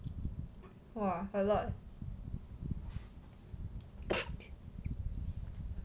!wah! a lot